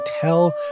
tell